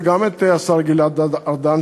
וגם את השר גלעד ארדן,